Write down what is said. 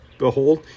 Behold